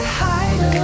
hide